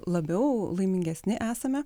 labiau laimingesni esame